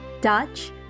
Dutch